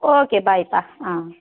okay பாய்ப்பா ம்